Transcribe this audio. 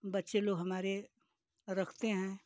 बच्चे लोग हमारे रखते हैं